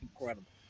incredible